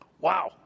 Wow